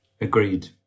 agreed